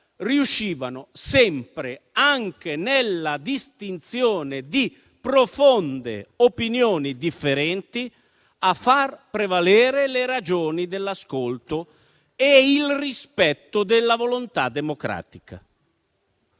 riuscivano sempre, anche nella distinzione di opinioni profondamente differenti, a far prevalere le ragioni dell'ascolto e il rispetto della volontà democratica.